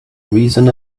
reason